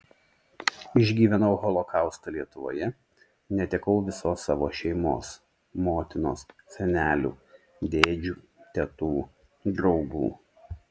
išgyvenau holokaustą lietuvoje netekau visos savo šeimos motinos senelių dėdžių tetų draugų